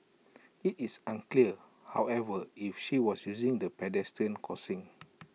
IT is unclear however if she was using the pedestrian crossing